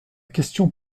question